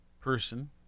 person